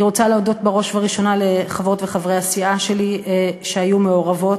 אני רוצה להודות בראש ובראשונה לחברות וחברי הסיעה שלי שהיו מעורבות,